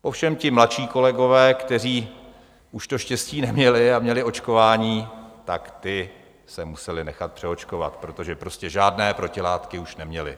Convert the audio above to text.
Ovšem ti mladší kolegové, kteří už to štěstí neměli a měli očkování, tak ti se museli nechat přeočkovat, protože prostě žádné protilátky už neměli.